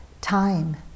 time